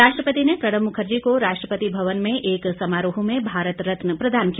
राष्ट्रपति ने प्रणब मुखर्जी को राष्ट्रपति भवन में एक समारोह में भारत रत्न प्रदान किया